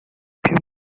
più